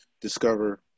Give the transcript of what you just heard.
discover